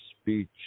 speech